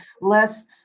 less